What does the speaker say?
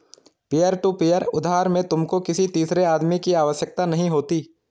peer to peer उधार में तुमको किसी तीसरे आदमी की आवश्यकता नहीं होती